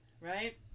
right